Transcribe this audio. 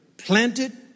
Planted